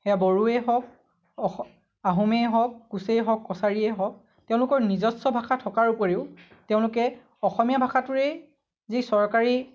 সেয়া বড়োৱেই হওক আহোমেই হওক কোঁচেই হওক কছাৰীায়েই হওক তেওঁলোকৰ নিজস্ব ভাষা থকাৰ উপৰিও তেওঁলোকে অসমীয়া ভাষাটোৰেই যি চৰকাৰী